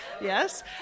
yes